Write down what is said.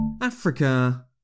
Africa